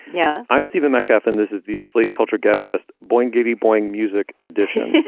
yeah. i'm stephen metcalf and this is the slate culture gabfest, boyd getty, boeing music additionally,